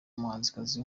umuhanzikazi